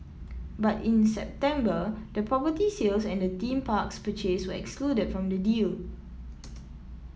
but in September the property sales and the theme parks purchase were excluded from the deal